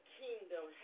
kingdom